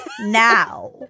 now